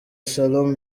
shalom